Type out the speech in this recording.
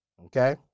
Okay